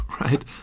right